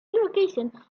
invocation